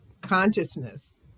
consciousness